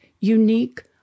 unique